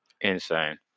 Insane